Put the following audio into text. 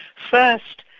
first,